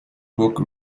book